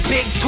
Big